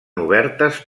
obertes